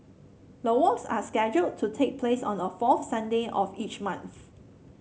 the walks are scheduled to take place on the fourth Sunday of each month